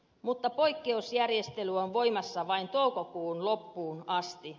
mutta poikkeusjärjestely on voimassa vain toukokuun loppuun asti